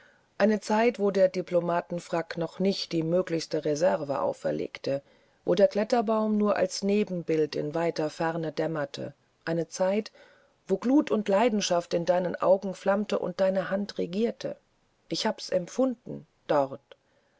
eine zeit wo der diplomatenfrack noch nicht die möglichste reserve auferlegte wo der kletterbaum nur als nebelbild in weiter ferne dämmerte eine zeit wo glut und leidenschaft in deinen augen flammten und deine hand regierten ich hab's empfunden dort